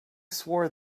swore